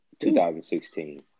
2016